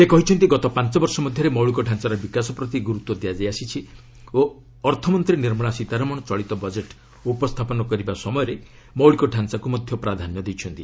ସେ କହିଛନ୍ତି ଗତ ପାଞ୍ଚ ବର୍ଷ ମଧ୍ୟରେ ମୌଳିକ ଡାଞ୍ଚାର ବିକାଶ ପ୍ରତି ଗୁରୁତ୍ୱ ଦିଆଯାଇ ଆସିଛି ଓ ଅର୍ଥମନ୍ତ୍ରୀ ନିର୍ମଳା ସୀତାରମଣ ଚଳିତ ବଜେଟ୍ ଉପସ୍ଥାପନ କରିବା ସମୟରେ ମୌଳିକ ଡାଞ୍ଚାକ୍ ମଧ୍ୟ ପ୍ରାଧାନ୍ୟ ଦେଇଛନ୍ତି